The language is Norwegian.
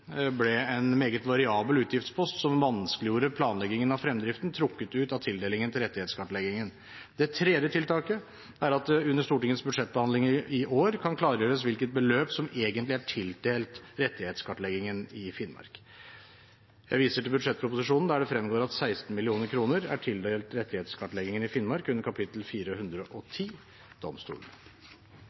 ble en meget variabel utgiftspost som vanskeliggjorde planleggingen av fremdriften, trukket ut av tildelingen til rettighetskartleggingen. Det tredje tiltaket er at det under Stortingets budsjettbehandling i år kan klargjøres hvilket beløp som egentlig er tildelt rettighetskartleggingen i Finnmark. Jeg viser til budsjettproposisjonen der det fremgår at 16 mill. kr er tildelt rettighetskartleggingen i Finnmark under kap. 410 Domstolene.